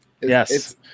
yes